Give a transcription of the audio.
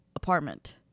apartment